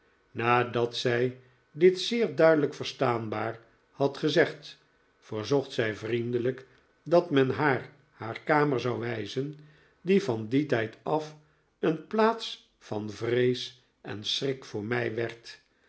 nadat zij dit zeer duidelijk verstaanbaar had gezegd verzocht zij vriendelijk dat men haar haar kamer zou wijzen die van dien tijd af een plaats van vrees en schrik voor mij werd